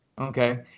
Okay